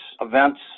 events